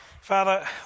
Father